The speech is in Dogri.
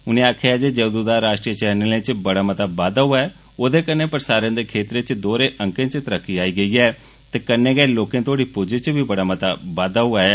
उनें आखेआ जे जदुं दा राश्ट्री चैनलें च बड़ा मता बाद्दा होआ ऐ ओह्दे कन्नै प्रसारण दे खेत्तर च दोह्रे अंकें च तरक्की होई ऐ ते कन्नै गै लोकें तोह्ड़ी पुज्ज च बी बड़ा मता बाद्दा होआ ऐ